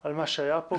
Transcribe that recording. על מה שהיה פה,